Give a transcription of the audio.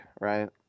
right